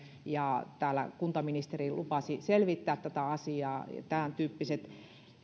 ja täällä kuntaministeri lupasi selvittää tätä asiaa tämäntyyppiset